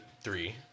three